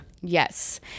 Yes